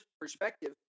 perspective